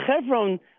Hebron